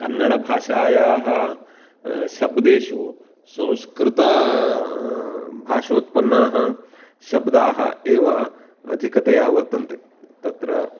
कन्नडभाषायाः शब्देषु संस्कृत भाषोत्पन्नाः शब्दाः एव अधिकतया वर्तन्ते तत्र